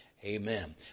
Amen